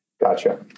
Gotcha